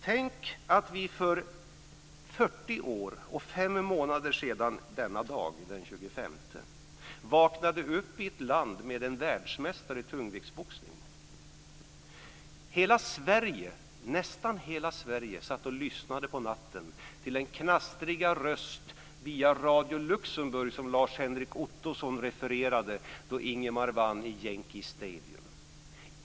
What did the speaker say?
Tänk att vi för 40 år och 5 månader sedan denna dag, den 25 november, vaknade upp i ett land med en världsmästare i tungviktsboxning. Nästan hela Sverige satt på natten och lyssnade till den knastriga rösten via Radio Luxemburg. Lars Henrik Ottosson refererade ju då Ingemar vann i Yankee Stadium.